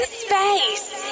space